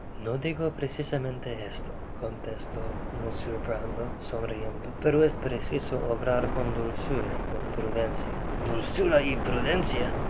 no digo precisamente esto contestó mr brownlow sonriendo pero es preciso obrar con dulzura y con prudencia dulzura